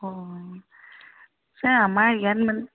অঁ ছাৰ আমাৰ ইয়াত মানে